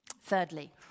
Thirdly